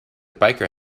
biker